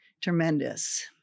tremendous